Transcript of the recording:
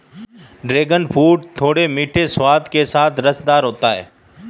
dragon fruit थोड़े मीठे स्वाद के साथ रसदार होता है